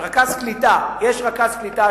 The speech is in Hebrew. יש רכז קליטה שמקבל,